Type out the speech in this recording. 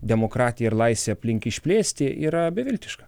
demokratiją ir laisvę aplink išplėsti yra beviltiška